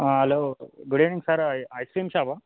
hello good evening sir I ice cream షాపా